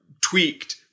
tweaked